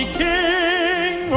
king